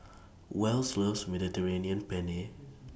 Wells loves Mediterranean Penne